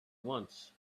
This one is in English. once